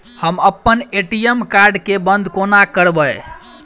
हम अप्पन ATM card केँ बंद कोना करेबै?